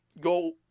go